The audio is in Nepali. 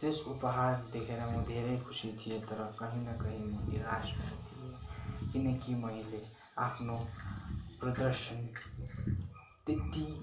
त्यस उपहार देखेर म धेरै खुसी थिएँ तर कहीँ न कहीँ म निराश पनि थिएँ किनकि मैले आफ्नो प्रदर्शन त्यत्ति